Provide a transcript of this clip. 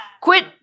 Quit